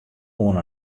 oan